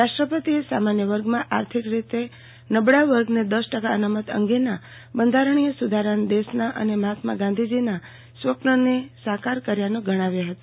રાષ્ટ્રપતિએ સામાન્ય વર્ગમાં આર્થિક રીતે નબળા વર્ગને દસ ટકા અનામત અંગેના બંધારણીય સુધારાને દેશના અને મહાત્મા ગાંધીજીના સ્વપ્રને સાકાર કર્યાનો ગણાવ્યો હતો